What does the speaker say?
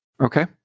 Okay